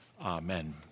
Amen